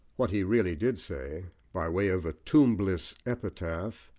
what he really did say, by way of a tombless epitaph,